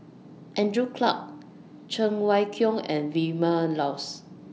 Andrew Clarke Cheng Wai Keung and Vilma Laus